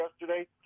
yesterday